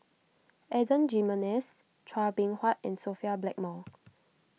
Adan Jimenez Chua Beng Huat and Sophia Blackmore